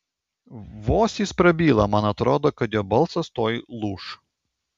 vos jis prabyla man atrodo kad jo balsas tuoj lūš